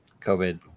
COVID